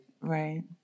right